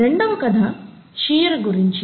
రెండవ కథ షీర్ గురించి